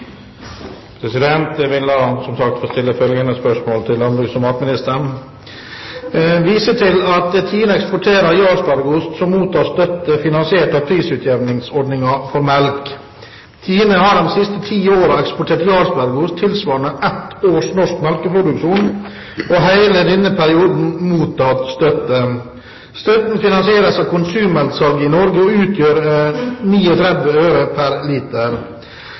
til at Tine eksporterer Jarlsbergost som mottar støtte finansiert av prisutjevningsordningen for melk. Tine har de siste ti årene eksportert Jarlsbergost tilsvarende ett års norsk melkeproduksjon og hele denne perioden mottatt støtte. Støtten finansieres av konsummelksalget i Norge og utgjør 39 øre